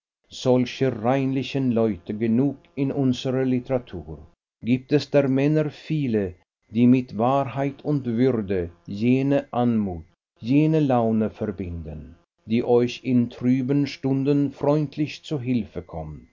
solcher reinlichen leute genug in unserer literatur gibt es der männer viele die mit wahrheit und würde jene anmut jene laune verbinden die euch in trüben stunden freundlich zu hilfe kommt